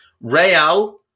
Real